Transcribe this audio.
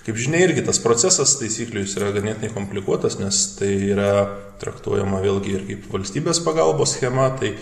kaip žinia irgi tas procesas taisyklių jis yra ganėtinai komplikuotas nes tai yra traktuojama vėlgi ir kaip valstybės pagalbos schema tai